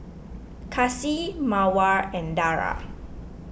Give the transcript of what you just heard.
Kasih Mawar and Dara